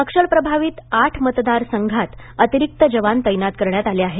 नक्षलप्रभावित आठ मतदारसंघात अतिरिक्त जवान तैनात करण्यात आले आहेत